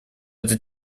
эта